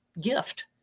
gift